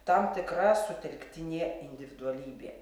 tam tikra sutelktinė individualybė